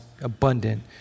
abundant